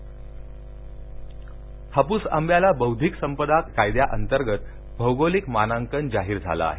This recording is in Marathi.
वपस हापूस आब्याला बौद्धिक संपदा कायद्याअंतर्गत भौगोलिक मानाकन जाहीर झाले आहे